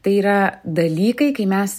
tai yra dalykai kai mes